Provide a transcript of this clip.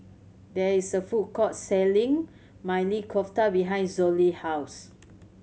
there is a food court selling Maili Kofta behind Zollie house